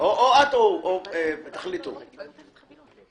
אל תעשו כאילו אם יהיה לנו את